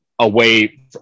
away